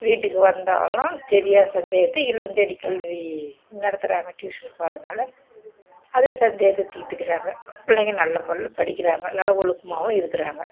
வீட்டுக்கு வந்தாலும் தெரியாத சந்தேகத்தை இல்லம் தேடி கல்வி நடத்துகிறாங்க டியூஷன் போகிறதுனால அதில் சந்தேகத்தை தீர்த்துக்குறாங்க பிள்ளைங்க நல்லமுறையில் படிக்கிறாங்க நல்லா ஒழுக்கமாகவும் இருக்கிறாங்க